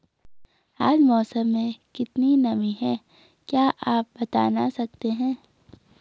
आज मौसम में कितनी नमी है क्या आप बताना सकते हैं?